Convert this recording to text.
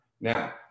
Now